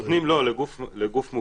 לא, נותנים לגוף מוכר.